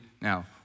now